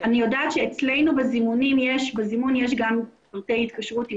אני יודעת שאצלנו בזימון יש גם דרך התקשרות עם